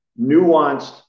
nuanced